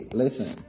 listen